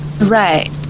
Right